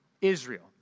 Israel